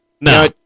No